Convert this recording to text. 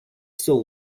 still